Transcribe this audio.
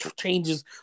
changes